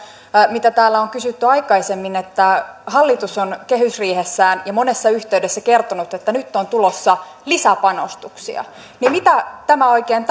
mitä täällä on kysytty aikaisemmin hallitus on kehysriihessään ja monessa yhteydessä kertonut että nyt on tulossa lisäpanostuksia mitä tämä oikein